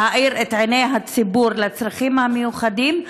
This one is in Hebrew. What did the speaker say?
להאיר את עיני הציבור לצרכים המיוחדים,